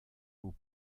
aux